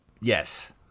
Yes